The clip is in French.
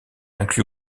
inclut